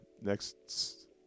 next